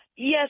Yes